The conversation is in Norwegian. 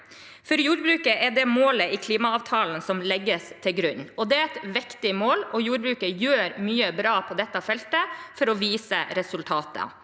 For jordbruket er det målet i klimaavtalen som legges til grunn. Det er et viktig mål, og jordbruket gjør mye bra på dette feltet for å vise resultater.